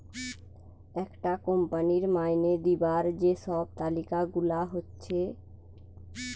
একটা কোম্পানির মাইনে দিবার যে সব তালিকা গুলা হচ্ছে